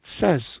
says